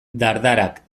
dardarak